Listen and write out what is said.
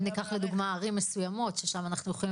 אם ניקח לדוגמה ערים מסוימות ששם אנחנו יכולים